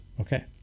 Okay